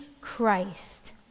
Christ